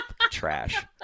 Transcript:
trash